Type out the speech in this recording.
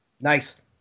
nice